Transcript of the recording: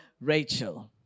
Rachel